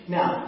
Now